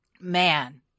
man